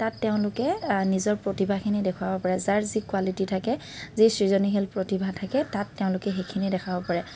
তাত তেওঁলোকে নিজৰ প্ৰতিভাখিনি দেখুৱাব পাৰে যাৰ যি কোৱালিটী থাকে যি সৃজনশীল প্ৰতিভা থাকে তাত তেওঁলোকে সেইখিনি দেখাব পাৰে